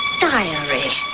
diary